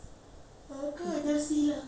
you know I got a shock of my life